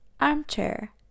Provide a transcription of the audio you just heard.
Armchair